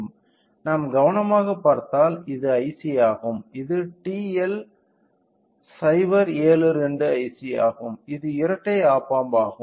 நாம் கவனமாகப் பார்த்தால் இது IC ஆகும் இது TL 072 IC ஆகும் இது இரட்டை ஆப் ஆம்ப் ஆகும்